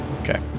Okay